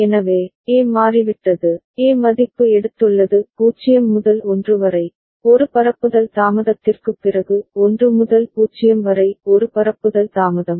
எனவே A மாறிவிட்டது A மதிப்பு எடுத்துள்ளது 0 முதல் 1 வரை ஒரு பரப்புதல் தாமதத்திற்குப் பிறகு 1 முதல் 0 வரை ஒரு பரப்புதல் தாமதம்